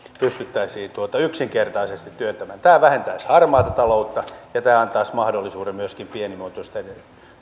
pystyttäisiin yksinkertaisesti työllistämään tämä vähentäisi harmaata taloutta ja tämä antaisi mahdollisuuden myöskin pienimuotoisten